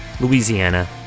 Louisiana